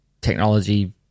technology